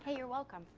ah you're welcome.